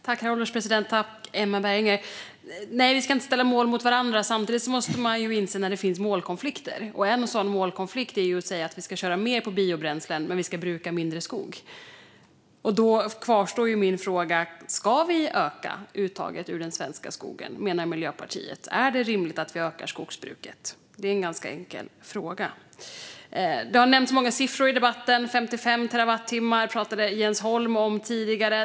Herr ålderspresident! Tack, Emma Berginger! Nej, vi ska inte ställa mål mot varandra. Samtidigt måste man inse när det finns målkonflikter. En sådan målkonflikt är att säga att vi ska köra mer på biobränslen men att vi ska bruka mindre skog. Då kvarstår min fråga. Menar Miljöpartiet att vi ska öka uttaget ur den svenska skogen? Är det rimligt att vi ökar skogsbruket? Det är en ganska enkel fråga. Det har nämnts många siffror i debatten. Jens Holm talade tidigare om 55 terawattimmar.